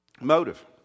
Motive